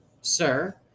sir